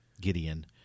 Gideon